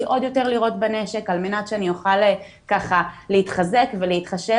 עוד יותר לירות בנשק על מנת שאני אוכל להתחזק ולהתחשל,